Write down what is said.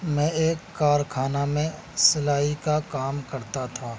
میں ایک کارخانہ میں سلائی کا کام کرتا تھا